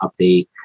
update